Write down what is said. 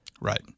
Right